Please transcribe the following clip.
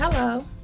Hello